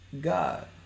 God